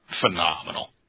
phenomenal